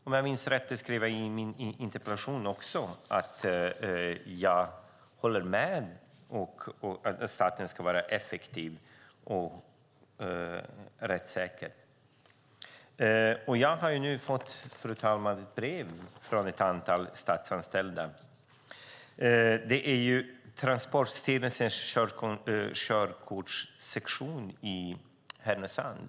Om jag minns rätt skrev jag i min interpellation att jag håller med om att staten ska vara effektiv och rättssäker. Fru talman! Jag har fått brev från ett antal statsanställda vid Transportstyrelsens körkortssektion i Härnösand.